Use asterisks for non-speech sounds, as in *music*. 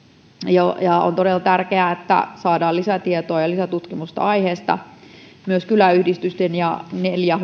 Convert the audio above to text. ja ja on todella tärkeää että saadaan lisätietoa ja lisätutkimusta aiheesta myös kyläyhdistysten ja neljä *unintelligible*